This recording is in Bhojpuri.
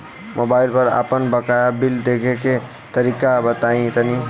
मोबाइल पर आपन बाकाया बिल देखे के तरीका बताईं तनि?